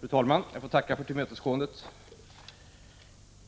Fru talman! Jag tackar för tillmötesgåendet.